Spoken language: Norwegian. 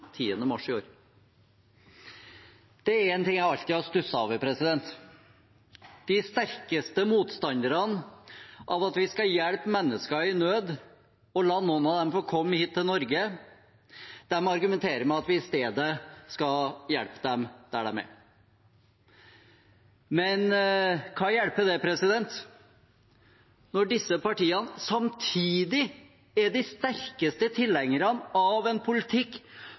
mars i år. Det er én ting jeg alltid har stusset over. De sterkeste motstanderne av at vi skal hjelpe mennesker i nød og la noen av dem få komme hit til Norge, argumenterer med at vi i stedet skal hjelpe dem der de er. Men hva hjelper det når disse partiene samtidig er de sterkeste tilhengerne av en politikk